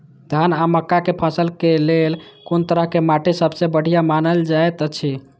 धान आ मक्का के फसल के लेल कुन तरह के माटी सबसे बढ़िया मानल जाऐत अछि?